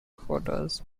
photos